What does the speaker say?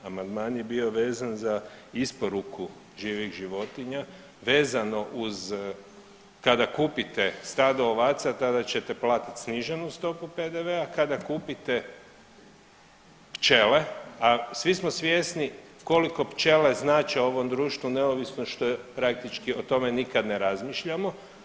Amandman je bio vezan za isporuku živih životinja vezano uz kada kupite stado ovaca tada ćete platiti sniženu stopu PDV-a, kada kupite pčele, a svi smo svjesni koliko pčele znače ovom društvu neovisno što praktički o tome nikad ne razmišljamo.